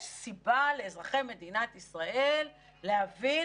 יש סיבה לאזרחי מדינת ישראל להבין,